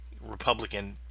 Republican